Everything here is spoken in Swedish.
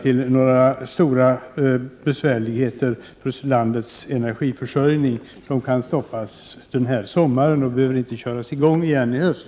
I själva verket